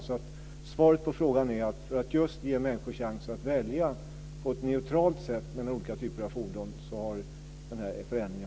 Svaret på frågan är att förändringen av fordonskatten har skett för att ge människor chans att välja på ett neutralt sätt mellan olika typer av fordon.